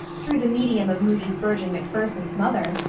through the medium of moody spurgeon macpherson's mother,